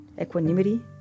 equanimity